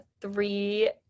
three